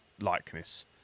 likeness